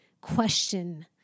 question